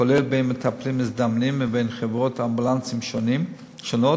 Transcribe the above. כולל בין מטפלים מזדמנים ובין חברות אמבולנסים שונות,